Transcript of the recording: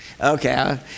Okay